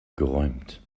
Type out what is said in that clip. geräumt